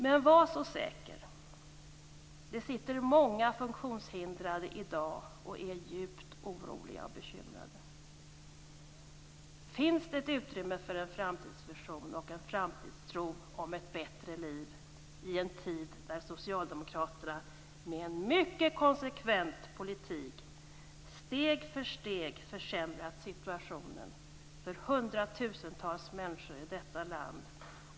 Men var så säker, många funktionshindrade är i dag djupt oroliga och bekymrade. Finns det utrymme för en framtidsvision och en framtidstro på ett bättre liv i en tid när socialdemokraterna med en mycket konsekvent politik, steg för steg försämrat situationen för hundratusentals människor i detta land?